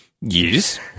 Yes